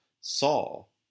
Saul